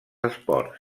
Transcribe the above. esports